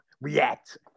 React